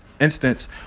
instance